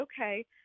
okay